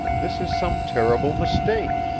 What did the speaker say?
this is some terrible mistake.